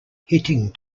hitting